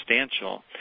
substantial